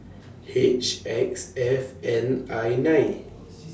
H X F N I nine